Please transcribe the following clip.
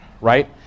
right